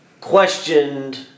questioned